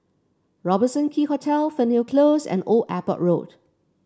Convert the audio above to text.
Robertson Quay Hotel Fernhill Close and Old Airport Road